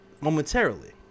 Momentarily